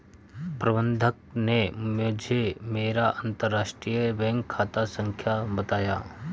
प्रबन्धक ने मुझें मेरा अंतरराष्ट्रीय बैंक खाता संख्या बताया